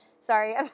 Sorry